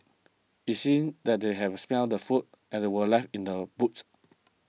it seemed that they have smelt the food and were left in the boot